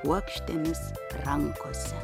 puokštėmis rankose